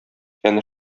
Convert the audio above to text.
фән